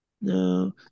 No